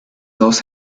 dos